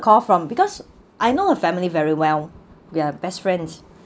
call from because I know her family very well we are best friends